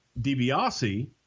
DiBiase